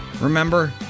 remember